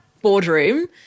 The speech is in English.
boardroom